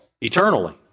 eternally